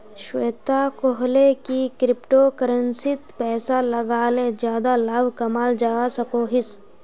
श्वेता कोहले की क्रिप्टो करेंसीत पैसा लगाले ज्यादा लाभ कमाल जवा सकोहिस